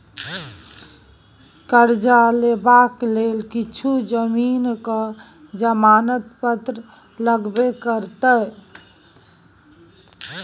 करजा लेबाक लेल किछु जमीनक जमानत पत्र लगबे करत